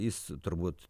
jis turbūt